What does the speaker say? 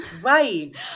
Right